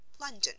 London